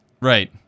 right